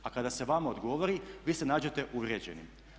A kada se vama odgovori vi se nađete uvrijeđenim.